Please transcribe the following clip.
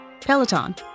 Peloton